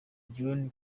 john